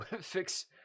fix